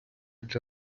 для